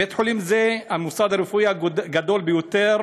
בית-חולים שהוא המוסד הרפואי הגדול ביותר